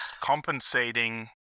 compensating